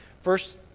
First